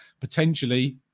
potentially